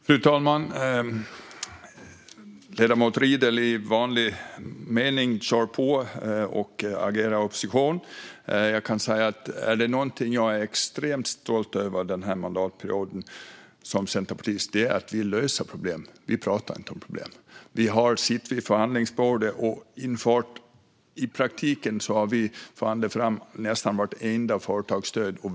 Fru talman! Ledamoten Riedl kör i vanlig ordning på och agerar opposition. Om det är något jag som centerpartist är extremt stolt över den här mandatperioden är det att vi löser problem; vi pratar inte om problem. Vi har suttit vid förhandlingsbordet och i praktiken förhandlat fram nästan vartenda företagsstöd.